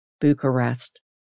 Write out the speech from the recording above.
Bucharest